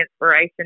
inspiration